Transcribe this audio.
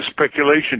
speculation